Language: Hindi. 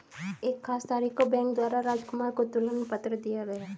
एक खास तारीख को बैंक द्वारा राजकुमार को तुलन पत्र दिया गया